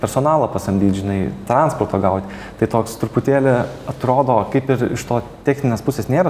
personalą pasamdyt žinai transportą gauti tai toks truputėlį atrodo kaip ir iš to techninės pusės nėra